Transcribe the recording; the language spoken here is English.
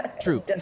True